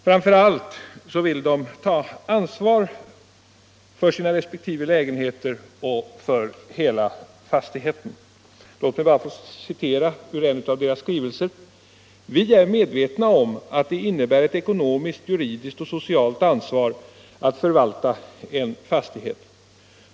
Framför allt vill de ta ansvar för sina respektive lägenheter och för hela fastigheten. Låt mig få citera ur en av deras skrivelser: ”Vi är medvetna om att det innebär ett ekonomiskt, juridiskt och socialt ansvar att förvalta en fastighet.